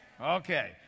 Okay